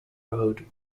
road